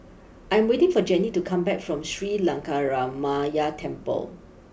I'm waiting for Gennie to come back from Sri Lankaramaya Temple